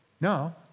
No